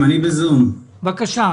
ברור שאנחנו --- ממשיכים לדרוש מאיתנו ואם